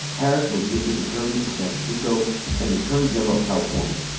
harris was district attorney in san francisco and attorney general of california.